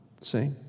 See